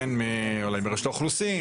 אולי מרשות האוכלוסין,